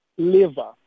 liver